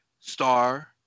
star